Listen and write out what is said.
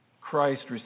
Christ